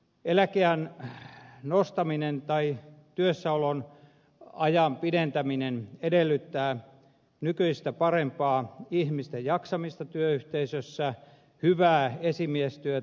eläkeiän nostaminen tai työssäoloajan pidentäminen edellyttävät nykyistä parempaa ihmisten jaksamista työyhteisössä hyvää esimiestyötä